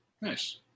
Nice